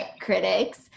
critics